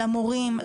למורים,